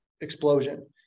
explosion